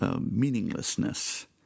meaninglessness